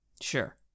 Sure